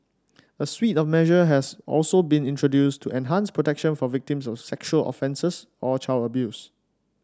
a suite of measure has also been introduced to enhance protection for victims of sexual offences or child abuse